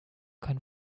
kein